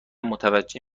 متوجه